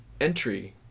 entry